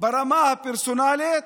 ברמה הפרסונלית,